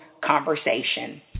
conversation